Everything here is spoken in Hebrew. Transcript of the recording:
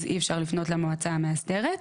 אז אי אפשר לפנות למועצה המאסדרת.